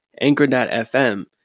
Anchor.fm